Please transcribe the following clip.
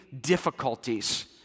difficulties